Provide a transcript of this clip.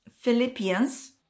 Philippians